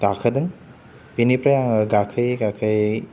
गाखोदों बेनिफ्राय आङो गाखोयै गाखोयै